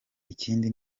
ikindi